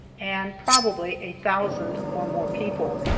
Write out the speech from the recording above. and probably a thousand or more people.